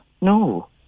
No